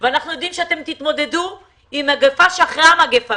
ואנחנו יודעים שאתם תתמודדו עם המגפה שאחרי המגפה.